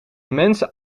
mensen